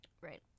Right